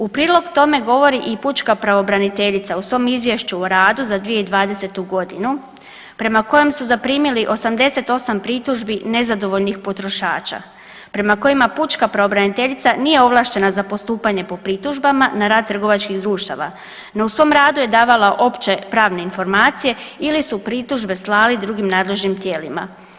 U prilog tome govori i pučka pravobraniteljica u svoj izvješću o radu za 2020. godinu prema kojem su zaprimili 88 pritužbi nezadovoljnih potrošača prema kojima pučka pravobraniteljica nije ovlaštena za postupanje po pritužbama na rad trgovačkih društava, no u svom radu je davala opće pravne informacije ili su pritužbe slali drugim nadležnim tijelima.